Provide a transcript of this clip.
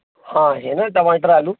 हाँ है ना टमाटर आलू